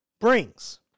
brings